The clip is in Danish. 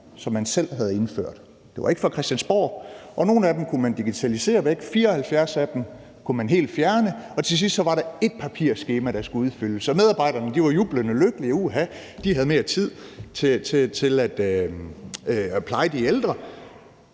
som man selv havde indført. Det var ikke fra Christiansborg. Nogle af dem kunne man digitalisere væk, 74 af dem kunne man helt fjerne, og til sidst var der ét papirskema, der skulle udfyldes, og medarbejderne var jublende lykkelige, og de havde mere tid til at pleje de ældre.